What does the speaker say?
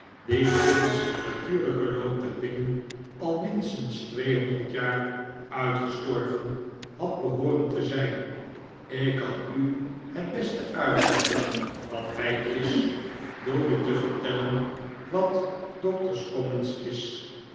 die volgens den natuurlijken loop der dingen al minstens tweehonderd jaar uitgestorven had behooren te zijn ik kan u het best uitleggen wat hij is door u te vertellen wat doctor's commons is